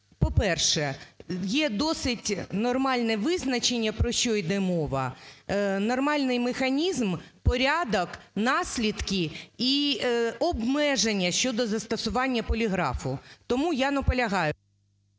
по-перше, є досить нормальне визначення про що іде мова, нормальний механізм, порядок, наслідки і обмеження щодо застосування поліграфу. Тому я наполягаю.